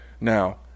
Now